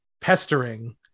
pestering